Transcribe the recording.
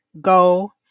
go